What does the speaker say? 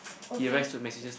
okay